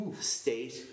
State